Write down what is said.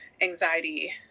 anxiety